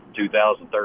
2013